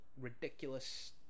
ridiculous